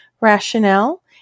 Rationale